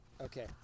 Okay